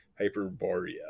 Hyperborea